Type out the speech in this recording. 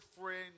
friend